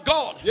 God